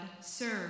serve